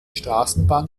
straßenbahn